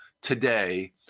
today